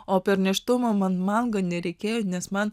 o per nėštumą man mango nereikėjo nes man